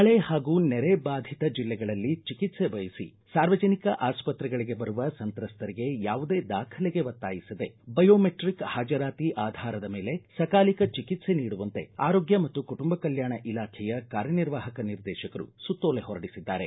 ಮಳೆ ಹಾಗೂ ನೆರೆ ಬಾಧಿತ ಜಿಲ್ಲೆಗಳಲ್ಲಿ ಚಿಕಿತ್ಸೆ ಬಯಸಿ ಸಾರ್ವಜನಿಕ ಆಸ್ವತ್ರೆಗಳಿಗೆ ಬರುವ ಸಂತ್ರಸ್ತರಿಗೆ ಯಾವುದೇ ದಾಖಲೆಗೆ ಒತ್ತಾಯಿಸದೇ ಬಯೋಮೆಟ್ರಿಕ್ ಹಾಜರಾತಿ ಆಧಾರದ ಮೇಲೆ ಸಕಾಲಿಕ ಚಿಕಿತ್ಸೆ ನೀಡುವಂತೆ ಆರೋಗ್ಟ ಮತ್ತು ಕುಟುಂಬ ಕಲ್ಕಾಣ ಇಲಾಖೆಯ ಕಾರ್ಯನಿರ್ವಾಹಕ ನಿರ್ದೇಶಕರು ಸುತ್ತೋಲೆ ಹೊರಡಿಸಿದ್ದಾರೆ